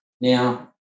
now